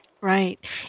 Right